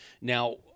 Now